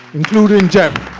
including jeff.